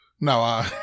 No